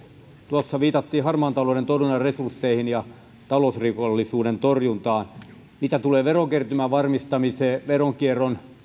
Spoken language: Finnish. tuossa viitattiin harmaan talouden torjunnan resursseihin ja talousrikollisuuden torjuntaan mitä tulee verokertymän varmistamiseen veronkierron